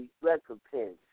recompense